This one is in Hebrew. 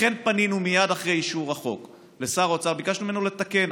לכן פנינו מייד אחרי אישור החוק לשר האוצר וביקשנו ממנו לתקן.